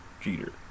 Jeter